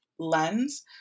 Lens